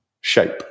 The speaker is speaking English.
shape